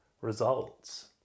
results